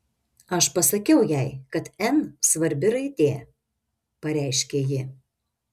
aš pasakiau jai kad n svarbi raidė pareiškė ji